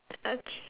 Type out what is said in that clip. okay